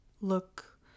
look